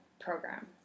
program